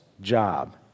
job